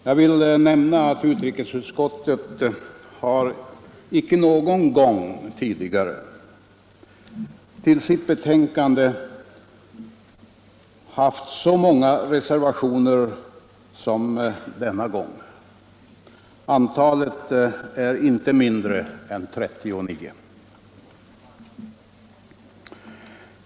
Jag vill nämna att utrikesutskottet icke någon gång tidigare till sitt betänkande har haft så många reservationer som denna gång. Antalet är inte mindre än 39.